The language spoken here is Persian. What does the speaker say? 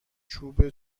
چوب